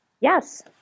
Yes